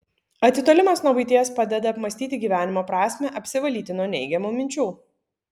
atitolimas nuo buities padeda apmąstyti gyvenimo prasmę apsivalyti nuo neigiamų minčių